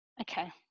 okay